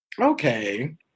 okay